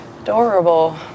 Adorable